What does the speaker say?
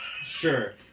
Sure